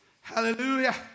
Hallelujah